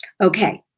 Okay